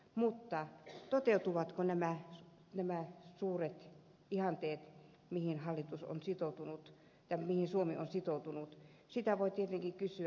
mutta toteutuvatko nämä suuret ihanteet mihin hallitus on sitoutunut ja mihin suomi on sitoutunut sitä voi tietenkin kysyä